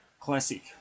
classic